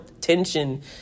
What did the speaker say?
tension